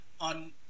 On